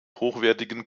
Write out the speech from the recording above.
hochwertigen